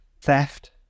theft